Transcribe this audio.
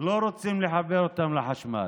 לא רוצים לחבר אותם לחשמל.